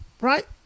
right